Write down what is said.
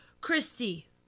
Christy